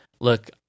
look